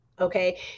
okay